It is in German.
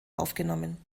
aufgenommen